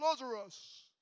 Lazarus